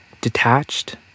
detached